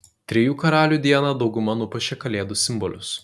trijų karalių dieną dauguma nupuošė kalėdų simbolius